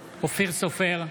סופר,